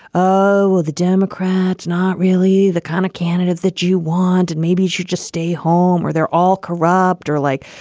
oh, the democrats not really the kind of candidates that you want and maybe you should just stay home or they're all corrupt or like,